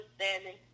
understanding